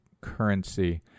currency